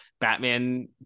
batman